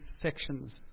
sections